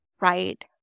right